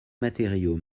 matériaux